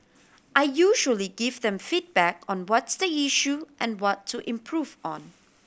I usually give them feedback on what's the issue and what to improve on